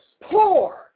poor